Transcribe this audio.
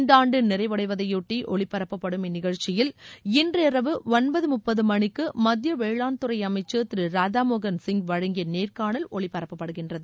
இந்தான்டு நிறைவடைவதையொட்டி ஒலிபரப்பப்படும் இந்நிகழ்ச்சியில் இன்றிரவு ஒன்பது முப்பது மணிக்கு மத்திய வேளாண்துறை அமைச்சா் திரு ராதாமோகன் சிங் வழங்கிய நேர்காணல் ஒலிபரப்பப்படுகிறது